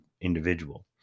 individual